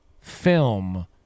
film